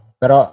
pero